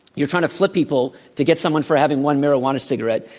you're trying to flip people to get someone for having one marijuana cigarette,